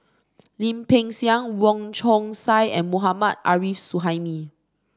Lim Peng Siang Wong Chong Sai and Mohammad Arif Suhaimi